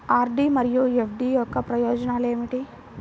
RD మరియు FD యొక్క ప్రయోజనాలు ఏమిటి?